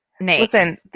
Listen